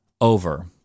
over